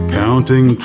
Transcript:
counting